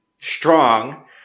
strong